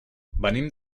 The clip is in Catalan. venim